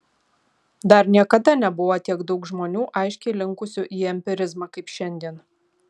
dar niekada nebuvo tiek daug žmonių aiškiai linkusių į empirizmą kaip šiandien